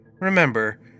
Remember